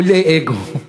חולי אגו.